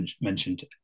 mentioned